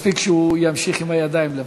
מספיק שהוא ימשיך עם הידיים לבד.